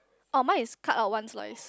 oh mine is cut out one slice